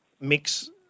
mix